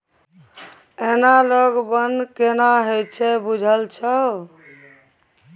Analogue बन्न केना होए छै बुझल छौ?